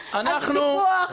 על סיפוח.